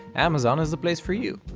amazon is the place for you.